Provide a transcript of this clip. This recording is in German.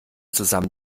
zusammen